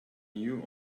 new